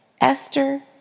Esther